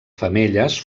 femelles